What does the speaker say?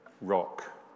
rock